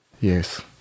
Yes